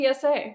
PSA